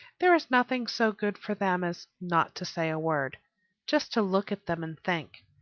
there is nothing so good for them as not to say a word just to look at them and think.